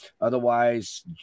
Otherwise